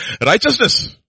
righteousness